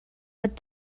what